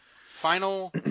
Final